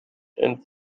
and